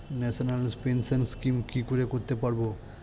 National pension scheme কি করে করতে পারব?